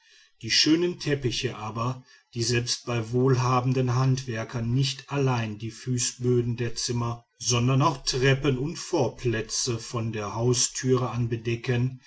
die schönen teppiche aber die selbst bei wohlhabenden handwerkern nicht allein die fußböden der zimmer sondern auch treppen und vorplätze von der haustüre an bedecken